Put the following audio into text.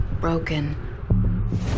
Broken